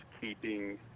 keeping